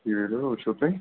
یہِ ویٖڈیو ما وُچھوو تۄہہِ